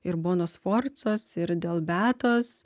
ir bonos sforcos ir dėl beatos